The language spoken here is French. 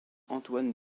antoine